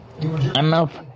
enough